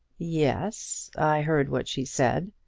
yes i heard what she said.